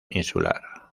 insular